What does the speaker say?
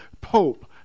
pope